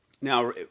Now